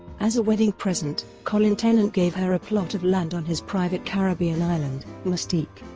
as a wedding present, colin tennant gave her a plot of land on his private caribbean island, mustique.